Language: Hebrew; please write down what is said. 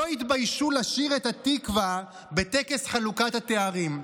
שלא יתביישו לשיר את "התקווה" בטקס חלוקת התארים.